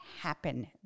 happen